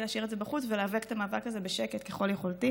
להשאיר את זה בחוץ ולהיאבק את המאבק הזה בשקט ככל יכולתי.